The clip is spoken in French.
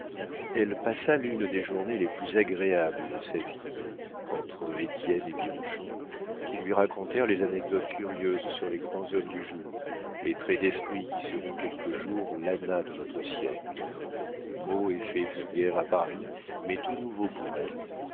elle passa l'une des journées les plus agréables de sa vie entre étienne et bianchon qui lui racontèrent les anecdotes curieuses sur les grands hommes du jour les traits d'esprit qui seront quelque jour l'ana de notre siècle mots et faits vulgaires à paris mais tout nouveaux pour elle